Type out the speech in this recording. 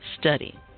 study